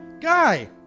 Guy